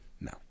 no